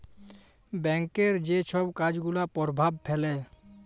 ব্যাংকের যে ছব কাজ গুলা পরভাব ফেলে